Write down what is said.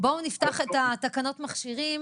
לפתוח את תקנות המכשירים